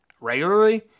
regularly